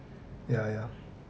ya ya